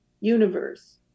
universe